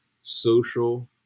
social